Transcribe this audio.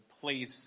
place